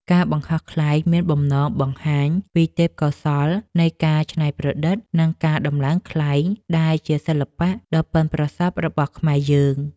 ការបង្ហោះខ្លែងមានបំណងបង្ហាញពីទេពកោសល្យនៃការច្នៃប្រឌិត និងការដំឡើងខ្លែងដែលជាសិល្បៈដ៏ប៉ិនប្រសប់របស់ខ្មែរយើង។